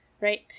Right